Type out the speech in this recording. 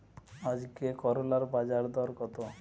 আজকে করলার বাজারদর কত?